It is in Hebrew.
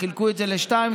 וחילקו את זה לשניים,